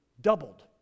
doubled